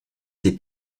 ses